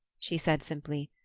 she said simply.